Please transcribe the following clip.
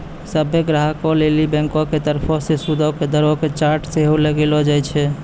सभ्भे ग्राहको लेली बैंको के तरफो से सूदो के दरो के चार्ट सेहो लगैलो जाय छै